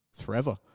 forever